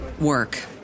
work